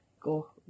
go